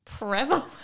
prevalent